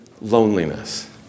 loneliness